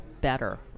better